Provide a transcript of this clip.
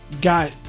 got